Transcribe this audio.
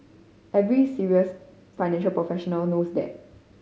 every serious financial professional knows that